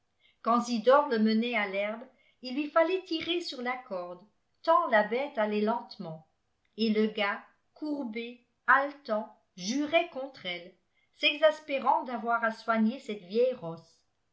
quand zidore le menait à l'herbe il lui fallait tirer sur la corde tant la bête allait lentement et le gars courbé haletant jurait contre elle s'exaspérant d'avoir à soigner cette vieille rosse